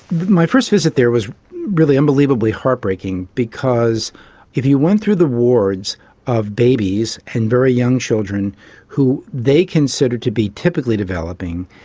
my first visit there was really unbelievably heartbreaking because if you went through the wards of babies and very young children who they considered to be typically developing,